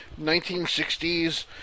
1960s